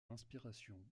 inspiration